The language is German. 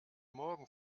morgen